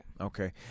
Okay